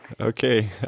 Okay